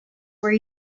were